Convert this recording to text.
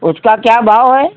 उसका क्या भाव है